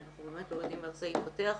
כי אנחנו באמת לא יודעים איך זה יתפתח.